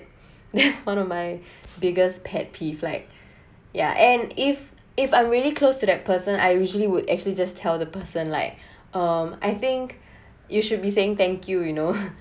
that's one of my biggest pet peeve like yeah and if if I'm really close to that person I usually would actually just tell the person like um I think you should be saying thank you you know